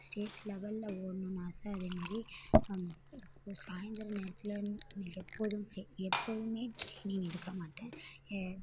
state லெவலில் ஓடணுன் ஆசை அதேமாரி இப்போது சாயந்தர நேரத்தில் எப்போதும் எ எப்போதுமே டிரெயினிங் எடுக்க மாட்டேன் ஏ